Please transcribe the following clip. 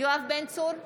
יואב בן צור,